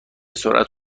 سرعت